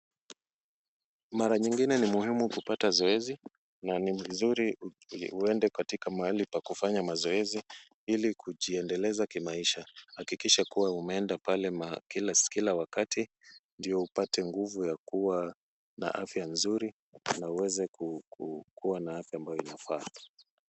Mara nyingine ni muhimu kupata zoezi na ni vizuri uende katika mahali pa kufanya mazoezi ili kujiendeleza kimaisha. Hakikisha kuwa umeenda pale kila wakati, ndio upate nguvu ya kuwa na afya nzuri na uweze kuwa na afya ambayo inafaa.